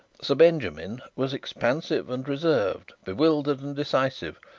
sir benjamin was expansive and reserved, bewildered and decisive,